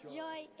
joy